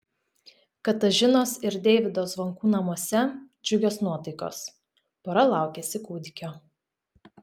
katažinos ir deivydo zvonkų namuose džiugios nuotaikos pora laukiasi kūdikio